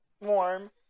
warm